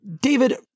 David